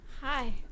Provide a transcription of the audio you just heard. hi